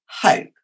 hope